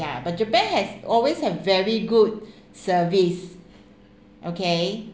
ya but japan has always have very good service okay